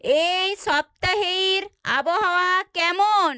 এই সপ্তাহের আবহাওয়া কেমন